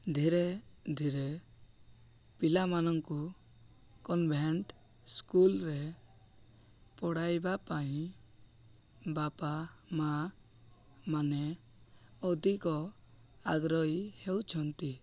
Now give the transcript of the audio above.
ଧୀରେ ଧୀରେ ପିଲାମାନଙ୍କୁ କନଭେଣ୍ଟ ସ୍କୁଲରେ ପଢ଼ାଇବା ପାଇଁ ବାପା ମା' ମାନେ ଅଧିକ ଆଗ୍ରହୀ ହେଉଛନ୍ତି